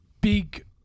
big